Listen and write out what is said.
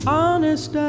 honest